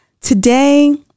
Today